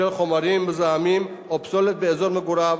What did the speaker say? חומרים מזהמים או פסולת באזור מגוריו,